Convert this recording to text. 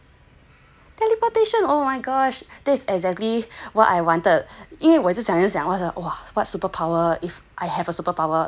teleportation oh my gosh that's exactly what I wanted 因为我一直想一直想 !wah! what superpower if I have a superpower